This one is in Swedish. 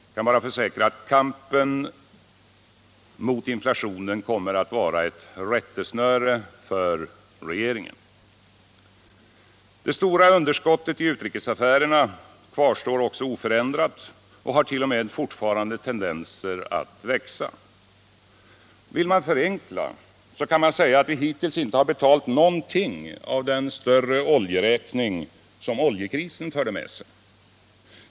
Jag kan bara försäkra att kampen mot inflationen kommer att vara ett rättesnöre för regeringen. Det stora underskottet i utrikesaffärerna kvarstår också oförändrat och har t.o.m. fortfarande tendenser att växa. Vill man förenkla, kan man säga att vi hittills inte har betalt någonting av den större oljeräkning som oljekrisen förde med sig.